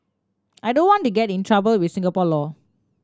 I don't want to get in trouble with Singapore law